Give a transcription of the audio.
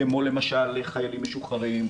כמו למשל חיילים משוחררים,